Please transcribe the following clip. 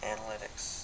Analytics